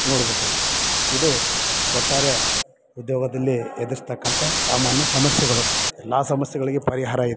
ನೋಡಬಹುದು ಇದು ಒಟ್ಟಾರೆ ಉದ್ಯೋಗದಲ್ಲಿ ಎದುರಿಸ್ತಕ್ಕಂಥ ಸಾಮಾನ್ಯ ಸಮಸ್ಯೆಗಳು ಎಲ್ಲ ಸಮಸ್ಯೆಗಳಿಗೆ ಪರಿಹಾರ ಇದೆ